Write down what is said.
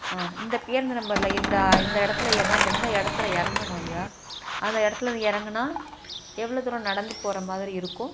ஆ இந்த பேருந்து நம்பர்ல இந்த இந்த இடத்துல ஏறுனால் எந்த இடத்துல இறங்கணும் ஐயா அந்த இடத்துல இருந்து இறங்குனா எவ்வளோ தூரம் நடந்து போகிறமாதிரி இருக்கும்